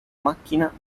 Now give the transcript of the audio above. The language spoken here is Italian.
macchina